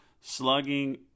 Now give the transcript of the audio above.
Slugging